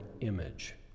image